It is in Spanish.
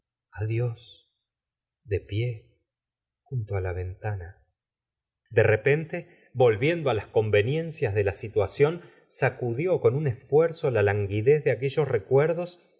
adios de pie junto á la ventana de repente volviendo á las conveniencias de la situación sacudió con un esfuerzo la languidez de aquellos recuerdos